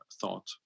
thought